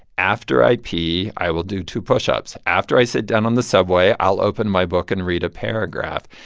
after i pee, i will do two pushups. after i sit down on the subway, i'll open my book and read a paragraph.